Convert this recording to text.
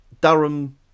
Durham